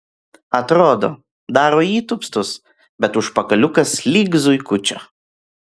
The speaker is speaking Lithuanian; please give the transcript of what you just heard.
atrodo daro įtūpstus bet užpakaliukas lyg zuikučio